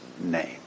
name